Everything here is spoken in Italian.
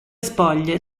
spoglie